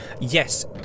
yes